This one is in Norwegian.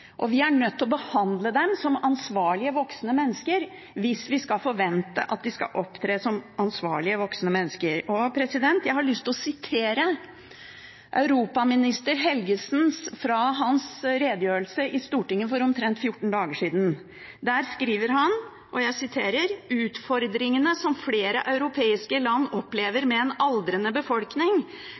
og vi er nødt til å behandle dem som ansvarlige voksne mennesker hvis vi skal forvente at de skal opptre som ansvarlige voksne mennesker. Jeg har lyst til å sitere fra europaminister Helgesens redegjørelse i Stortinget for omtrent 14 dager siden. Der sier han: «Utfordringene som flere europeiske land opplever ved en aldrende befolkning,